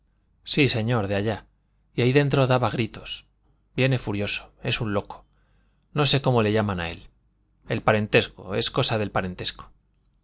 sí señor de allá y ahí dentro daba gritos viene furioso es un loco no sé cómo le llaman a él el parentesco es cosa del parentesco